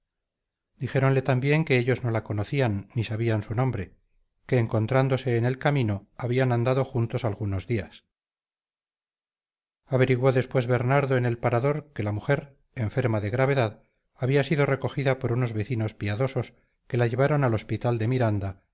dijéronle también que ellos no la conocían ni sabían su nombre que encontrándose en el camino abían andado juntos algunos días averiguó después bernardo en el parador que la mujer enferma de gravedad abía sido recogida por unos vecinos piadosos que la llevaron al ospital de miranda